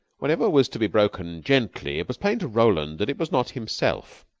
whatever was to be broken gently, it was plain to roland that it was not himself.